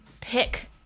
pick